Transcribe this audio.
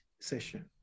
session